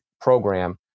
program